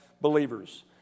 believers